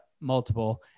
multiple